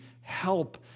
help